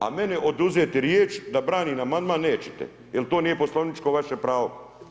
A meni oduzeti riječ da branim amandman nećete, jer to nije poslovničko vaše pravo.